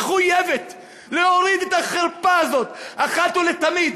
מחויבת להוריד את החרפה הזאת אחת ולתמיד.